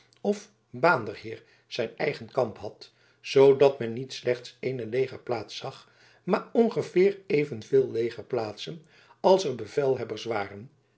of baanderheer zijn eigen kamp had zoodat men niet slechts ééne legerplaats zag maar ongeveer evenveel legerplaatsen als er bevelhebbers waren